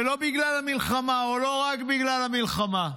ולא בגלל המלחמה, או לא רק בגלל המלחמה,